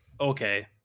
okay